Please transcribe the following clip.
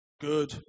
Good